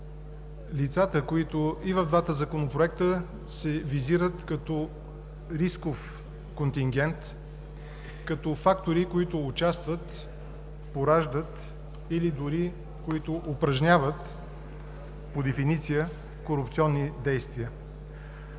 лицата, които и в двата законопроекта се визират като рисков контингент, като фактори, които участват, пораждат или дори които упражняват по дефиниция корупционни действия.